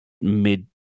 mid